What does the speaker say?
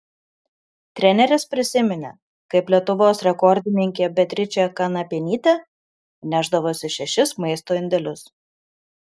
treneris prisiminė kaip lietuvos rekordininkė beatričė kanapienytė nešdavosi šešis maisto indelius